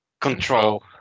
control